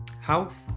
health